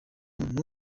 muntu